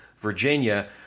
Virginia